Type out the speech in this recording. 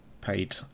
paid